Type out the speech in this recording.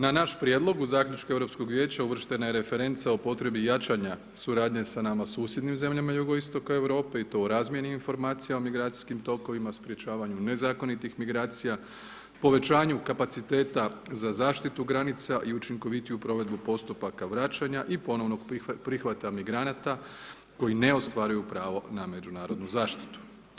Na naš prijedlog u zaključku Europskog vijeća uvrštena je referenca o potrebi jačanja suradnje sa nama susjednim zemljama jugoistoka Europe i to u razmjeni informacija o migracijskim tokovima, sprječavanju nezakonitih migracija, povećanju kapaciteta za zaštitu granica i učinkovitiju provedbu postupaka vraćanja i ponovnog prihvata migranata koji ne ostvaruju pravo na međunarodnu zaštitu.